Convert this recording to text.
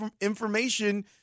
information